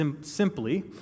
simply